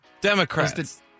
Democrats